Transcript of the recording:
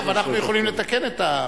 דרך אגב, אנחנו יכולים לתקן את זה.